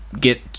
get